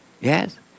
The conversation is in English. Yes